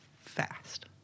fast